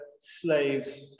slaves